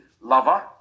lover